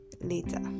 later